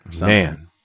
Man